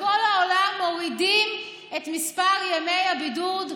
בכל העולם מורידים את מספר ימי הבידוד,